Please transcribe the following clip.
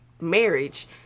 marriage